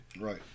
Right